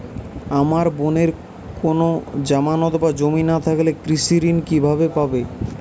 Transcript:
আমার বোনের কোন জামানত বা জমি না থাকলে কৃষি ঋণ কিভাবে পাবে?